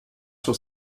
sur